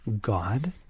God